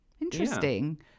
Interesting